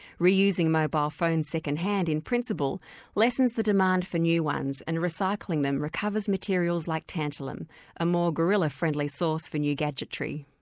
reusing mobile phones second-hand in principle lessens the demand for new ones, and recycling them recovers materials like tantalum a more gorilla-friendly source for new gadgetry.